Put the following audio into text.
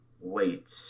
wait